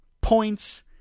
points